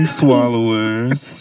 swallowers